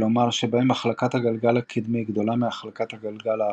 כלומר שבהם החלקת הגלגל הקדמי גדולה מהחלקת הגלגל האחורי,